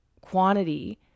quantity